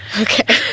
Okay